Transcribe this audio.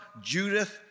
Judith